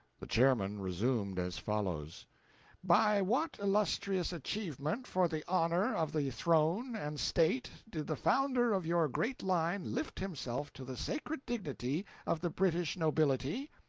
the chairman resumed as follows by what illustrious achievement for the honor of the throne and state did the founder of your great line lift himself to the sacred dignity of the british nobility?